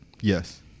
Yes